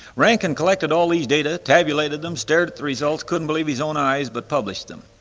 rankin collected all these data, tabulated them, stared at the results, couldn't believe his own eyes but published them.